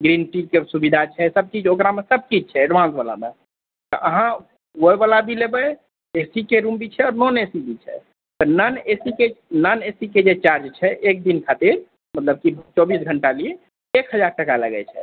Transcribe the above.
green tea के सुविधा छै सब चीज ओकरामे सब चीज छै एडभांस वलामे तऽ अहाँ कोइवला भी लेबै ए सी के रूम भी छै आओर नॉन ए सी भी छै तऽ नन ए सी के नन ए सी के जे चार्ज छै एक दिन खातिर मतलब कि चौबीस घण्टाके लिए एक हजार टका लागै छै